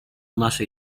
naszej